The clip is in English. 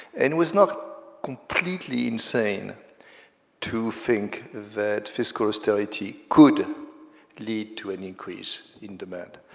and it was not completely insane to think that fiscal austerity could lead to an increase in demand,